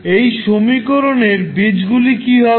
এই সমীকরণ এর বীজগুলি কি হবে